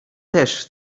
też